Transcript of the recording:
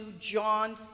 John